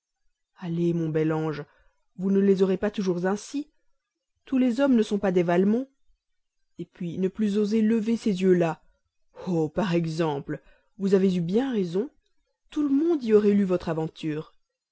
allez mon bel ange vous ne les aurez pas toujours ainsi tous les hommes ne sont pas des valmont et puis ne plus oser lever ces yeux-là oh par exemple vous avez eu bien raison tout le monde y aurait lu votre aventure